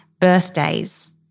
birthdays